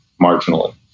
marginally